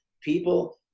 People